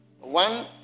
One